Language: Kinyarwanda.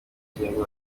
zirindwi